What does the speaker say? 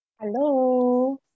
Hello